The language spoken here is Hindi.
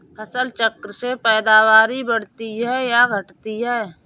फसल चक्र से पैदावारी बढ़ती है या घटती है?